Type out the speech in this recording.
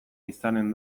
izanen